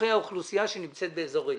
לצורכי האוכלוסייה שנמצאת באזור אילת.